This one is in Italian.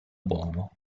buono